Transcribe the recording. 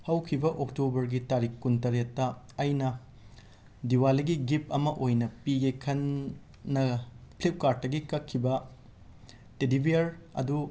ꯍꯧꯈꯤꯕ ꯑꯣꯛꯇꯣꯕꯔꯒꯤ ꯇꯥꯔꯤꯛ ꯀꯨꯟꯇꯔꯦꯠꯇꯥ ꯑꯩꯅ ꯗꯤꯋꯥꯂꯤꯒꯤ ꯒꯤꯞ ꯑꯃ ꯑꯣꯏꯅ ꯄꯤꯒꯦ ꯈꯟꯅ ꯐ꯭ꯂꯤꯞꯀꯥꯔꯠꯇꯒꯤ ꯀꯛꯈꯤꯕ ꯇꯦꯗꯤ ꯕꯤꯌꯔ ꯑꯗꯨ